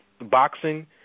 boxing